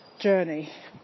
journey